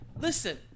Listen